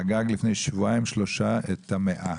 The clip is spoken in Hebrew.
חגג לפני שבועיים או שלושה את יום הולדתו ה-100,